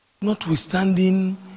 Notwithstanding